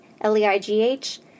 L-E-I-G-H